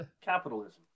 Capitalism